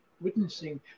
witnessing